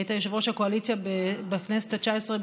היית יושב-ראש הקואליציה בכנסת התשע-עשרה,